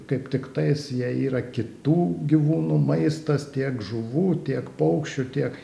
kaip tiktais jie yra kitų gyvūnų maistas tiek žuvų tiek paukščių tiek